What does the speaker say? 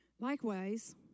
Likewise